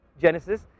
Genesis